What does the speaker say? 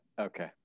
okay